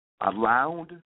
allowed